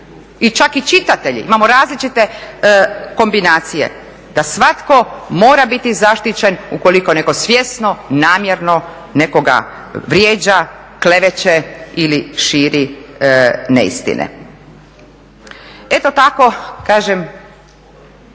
čak i čitatelji, imamo različite kombinacije, da svatko mora biti zaštićen ukoliko neko svjesno, namjerno nekoga vrijeđa, kleveće ili širi neistine. Eto tako kažem